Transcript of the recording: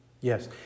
Yes